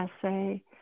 essay